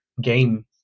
Game